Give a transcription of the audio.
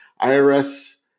IRS